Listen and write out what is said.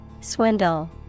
Swindle